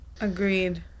Agreed